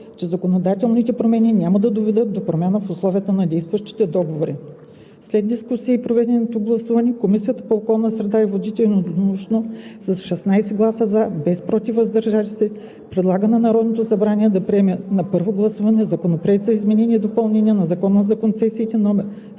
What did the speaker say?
че законодателните промени няма да доведат до промяна в условията на действащите договори. След дискусията и проведеното гласуване Комисията по околната среда и водите единодушно, с 16 гласа „за“, без „против“ и „въздържал се“, предлага на Народното събрание да приеме на първо гласуване Законопроект за изменение и допълнение на Закона за концесиите, №